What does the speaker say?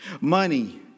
Money